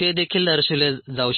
ते देखील दर्शविले जाऊ शकते